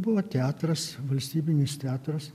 buvo teatras valstybinis teatras